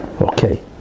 Okay